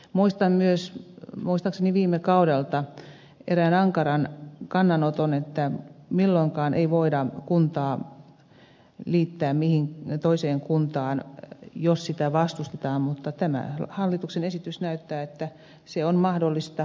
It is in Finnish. muistan myös muistaakseni viime kaudelta erään ankaran kannanoton että milloinkaan ei voida kuntaa liittää toiseen kuntaan jos sitä vastustetaan mutta tämä hallituksen esitys näyttää että se on mahdollista tietyin kriteerein